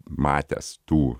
matęs tų